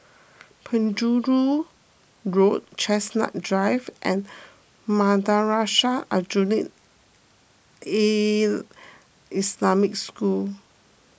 Penjuru Road Chestnut Drive and Madrasah Aljunied Al Islamic School